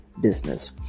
business